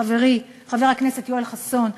חברי חבר הכנסת יואל חסון,